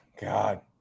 God